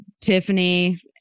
Tiffany